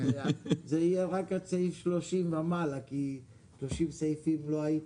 אבל זה יהיה רק עד סעיף 30 ומעלה כי 30 סעיפים לא היית.